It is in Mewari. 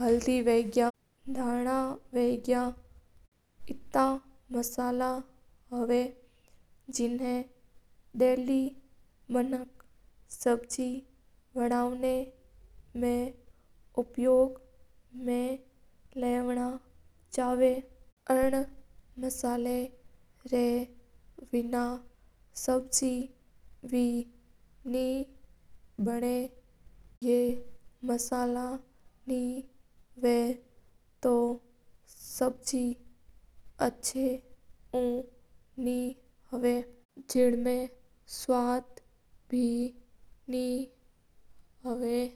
haladi or be gani ha musela nhi dla jan sabjai acchi nhi bana ha. देखो सा हुकूम एडी बात हवा के सब्जी बनाव वास्ता मनका अलग-अलग मसाला रा उपयोग किया करा है। जिया सा के मिर्ची, नमक, हल्दी और बे गनी आ मसाला नीं डला जाण सब्जी अच्छी नीं बने है।